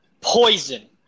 Poison